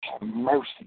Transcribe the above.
mercy